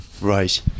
Right